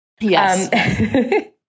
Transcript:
Yes